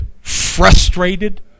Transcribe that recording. frustrated